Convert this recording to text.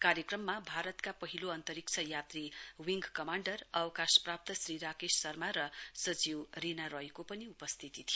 कार्यक्रममा भारतका पहिलो अन्तरिक्ष यात्री विंग कमाण्डर अवकाश प्राप्त श्री राकेश शर्मा र सचिव रीना रायको पनि उपस्थिती थियो